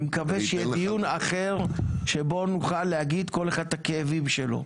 אני מקווה שיהיה דיון אחר שבו נוכל להגיד כל אחד את הכאבים שלו.